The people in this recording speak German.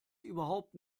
überhaupt